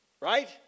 Right